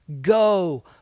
Go